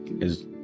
is-